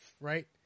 right